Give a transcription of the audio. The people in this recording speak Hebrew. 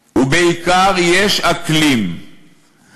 ובעיקר: יש אקלים /